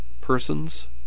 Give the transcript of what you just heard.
persons